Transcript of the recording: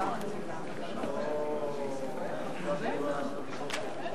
כהצעת הוועדה, נתקבל.